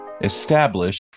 established